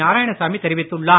நாராயணசாமி தெரிவித்துள்ளார்